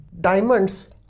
Diamonds